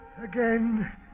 Again